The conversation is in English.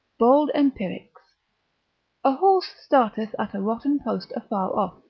bold empirics a horse starts at a rotten post afar off,